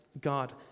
God